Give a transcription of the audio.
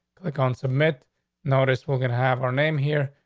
ah can submit notice we're gonna have our name here,